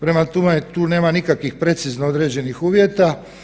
Prema tome, tu nema nikakvih precizno određenih uvjeta.